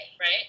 right